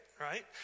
right